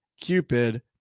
Cupid